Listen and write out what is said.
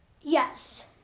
Yes